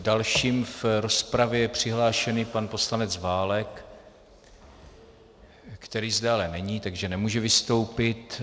Další v rozpravě je přihlášený pan poslanec Válek, který zde ale není, takže nemůže vystoupit.